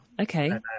Okay